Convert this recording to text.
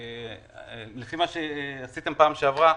לפי מה שעשיתם בפעם שעברה,